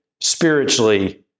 spiritually